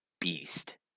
beast